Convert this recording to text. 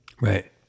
Right